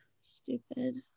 stupid